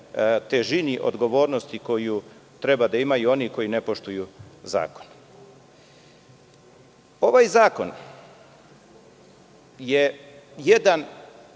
težini odgovornosti koju treba da imaju koji ne poštuju zakon. Ovaj zakon je jedan